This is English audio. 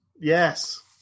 yes